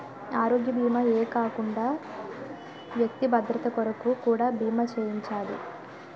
ఆరోగ్య భీమా ఏ కాకుండా వ్యక్తి భద్రత కొరకు కూడా బీమా చేయించాలి